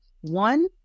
one